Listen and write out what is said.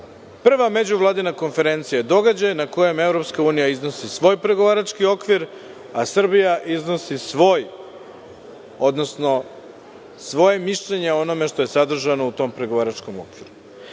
međuvladina konferencija je događaj na kojem EU iznosi svoj pregovarački okvir, a Srbija iznosi svoj, odnosno svoje mišljenje o onome što je sadržano u tom pregovaračkom okviru.